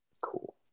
Cool